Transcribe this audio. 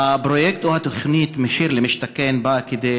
הפרויקט או התוכנית מחיר למשתכן באה כדי